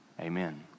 amen